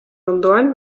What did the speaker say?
ondoan